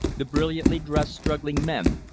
the brilliantly dressed, struggling men,